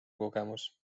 kogemus